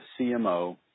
CMO